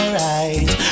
right